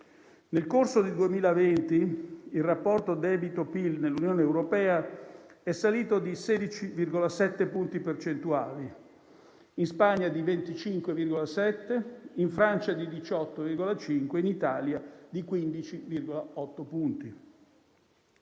Nel corso del 2020 il rapporto debito-PIL nell'Unione europea è salito di 16,7 punti percentuali, in Spagna di 25,7, in Francia di 18,5 e in Italia di 15,8 punti.